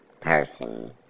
person